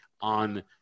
on